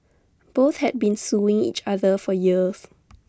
both had been suing each other for years